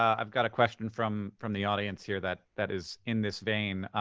i've got a question from from the audience here that that is in this vein.